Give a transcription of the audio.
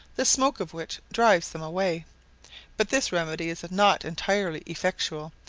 the smoke of which drives them away but this remedy is not entirely effectual,